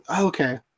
okay